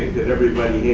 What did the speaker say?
that everybody